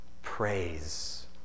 praise